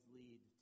lead